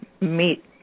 meet